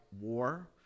war